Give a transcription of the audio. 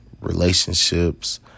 Relationships